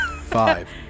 Five